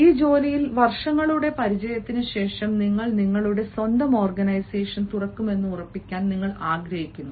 ഈ ജോലിയിൽ വർഷങ്ങളുടെ പരിചയത്തിന് ശേഷം നിങ്ങൾ നിങ്ങളുടെ സ്വന്തം ഓർഗനൈസേഷൻ തുറക്കുമെന്ന് ഉറപ്പാക്കാൻ നിങ്ങൾ ആഗ്രഹിക്കുന്നു